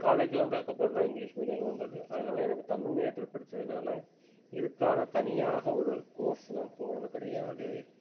college வந்ததுக்கப்புறம் தான் English மீடியன்னு ஒன்று வந்தது அதனால் எனக்கு தமிழ் மீடியத்தில் படித்ததனால இதுக்கான தனியாக ஒரு கோர்ஸு நான் போனது கிடையாது